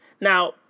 Now